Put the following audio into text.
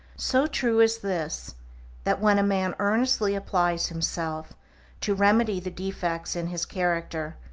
so true is this that when a man earnestly applies himself to remedy the defects in his character,